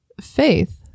faith